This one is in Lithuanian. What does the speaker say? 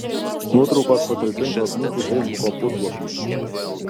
nuotraukos patalpintos mūsų feisbuko puslapyje